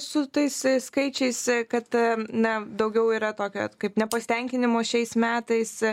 su tais skaičiais kad na daugiau yra tokio kaip nepasitenkinimo šiais metais